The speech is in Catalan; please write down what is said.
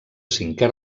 cinquè